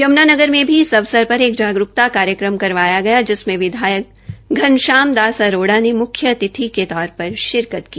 यमुनानगर में भी इस अवसर पर एक जागरूकता कार्यक्रम करवाया गया जिसमें विधायक घनश्याम दास आरोड़ा ने मुख्य अतिथि के तौर पर शिरकत की